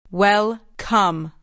welcome